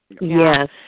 yes